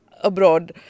abroad